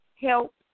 help